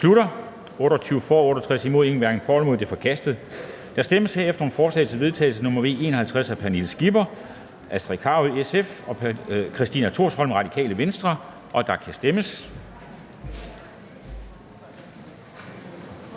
der kan stemmes.